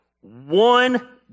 one